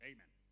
Amen